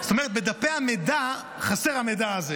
זאת אומרת, בדפי המידע חסר המידע הזה.